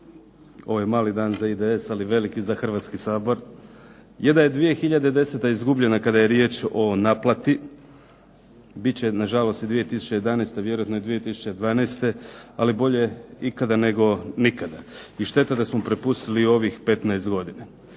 Ovo je mali dan za IDS, ali veliki za Hrvatski sabor. Je da je 2010. izgubljena kada je riječ o naplati, bit će nažalost i 2011., vjerojatno i 2012., ali bolje ikada nego nikada i šteta da smo propustili ovih 15 godina.